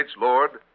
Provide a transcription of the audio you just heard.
Lord